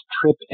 Trip